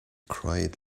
cried